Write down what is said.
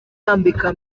yambika